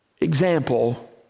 example